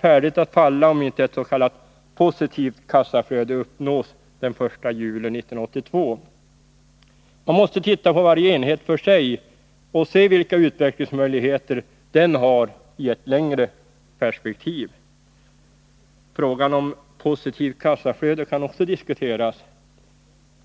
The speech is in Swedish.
färdigt att falla om inte ett s.k. positivt kassaflöde uppnås den 1 juli 1982. Man måste titta på varje enhet för sig och se vilka utvecklingsmöjligheter den har i ett längre perspektiv. Frågan om positivt kassaflöde kan också diskuteras.